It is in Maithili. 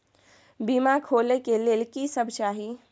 बीमा खोले के लेल की सब चाही?